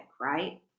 right